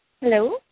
Hello